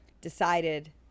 decided